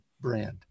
brand